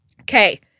Okay